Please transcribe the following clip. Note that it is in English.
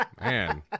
Man